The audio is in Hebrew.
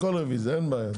הכל רוויזיה אין בעיה,